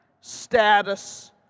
status